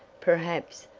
perhaps,